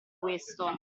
questo